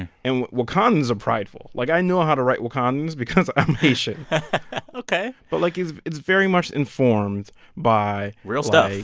and wakandans are prideful. like, i know how to write wakandans because i'm haitian ok but, like, it's it's very much informed by, like. real stuff.